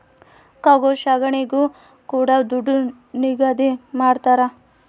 cargo ಸಾಗಣೆಗೂ ಕೂಡ ದುಡ್ಡು ನಿಗದಿ ಮಾಡ್ತರ